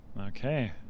Okay